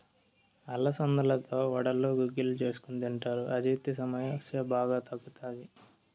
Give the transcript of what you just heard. అలసందలతో వడలు, గుగ్గిళ్ళు చేసుకొని తింటారు, అజీర్తి సమస్య బాగా తగ్గుతాది